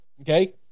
Okay